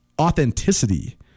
authenticity